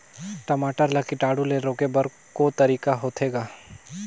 टमाटर ला कीटाणु ले रोके बर को तरीका होथे ग?